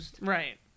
right